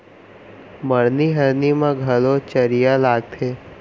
मरनी हरनी म घलौ चरिहा लागथे